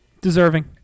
Deserving